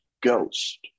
ghost